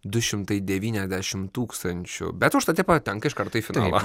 du šimtai devyniasdešim tūkstančių bet užtat jie patenka iš karto į finalą